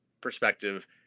perspective